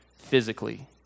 physically